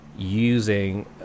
using